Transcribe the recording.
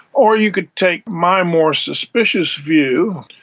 or you could take my more suspicious view,